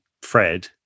Fred